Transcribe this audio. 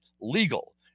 legal